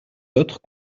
autres